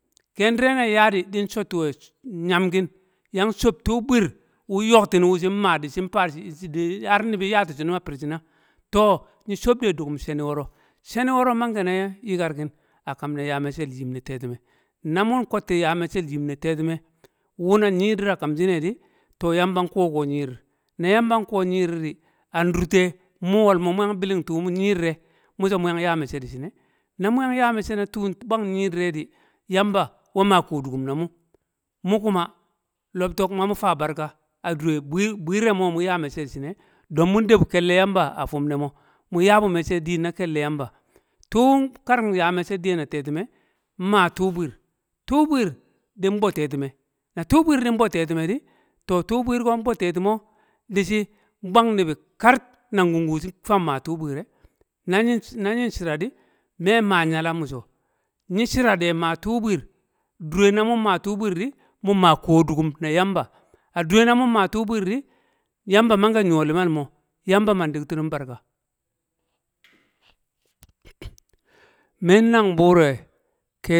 ken dire nan yaa di di̱n shottu̱we̱ nyamkin, yang cho̱b tuu bwi̱i̱r wu yok ti̱n wu̱ shi̱n maa di shin shi̱n fa har ni̱bi̱n yati̱shi̱nu̱m firshina to, nyi cho̱b de dukum she̱nu̱ woro̱ shenu wo̱ro̱ manke na yi̱karki̱n a kam ne ya me̱cce̱l yim ne te̱tu̱me̱ na mu kwetii yaa me̱cce̱l yim ne te̱tu̱me̱ tetime wu na nyii dir a kam shi̱ne̱ di, to, yamba nkuwo kuwo nyi̱di̱r mo̱ na yamba nkuwo nyidir di, an dur te mu̱ wolmo̱ mu̱ yang biling tuu nyii dirre nu so mu̱ yang ya me̱cce̱l di shi̱n ne̱ na mu yang ya me̱cce̱l na tu̱u̱ mbwang nyi̱ dire di, yamba a maa ko̱duku̱m na mu mu̱ kuma lo̱bto̱k mamu̱ faa barka a dure bwi̱i̱r- bwi̱i̱r mo̱ mu ya me̱cce̱l di shi̱ne̱ mun abbu kelle yamba a fu̱m ne̱ mo, min yaa bu me̱cce̱l diin na ke̱lle̱ yamba. tuun nkaring yaa me̱cce̱l diyen a te̱ti̱me̱, nma tuu bwi̱i̱r, tuu bwi̱i̱r din bo te̱tu̱me̱, na tuu bwi̱i̱r din bo te̱tu̱me̱ di. to tu̱u̱ bwi̱i̱r ko nbo te̱tu̱me̱ di shi nbwang nibi kar nan kungu nfang maa tu bwiire. na nyin shira di, me maa nyala miso nyi shira de maa tu̱u̱ bwi̱i̱r, dure na ma ma tuu bwiir di, mum maa ko̱du̱ku̱m na ymba, a dure na mum ma tu̱ bwi̱i̱r di, yamba manke nyo limal mo yamba man dik ti num barka min nang buure̱